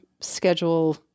schedule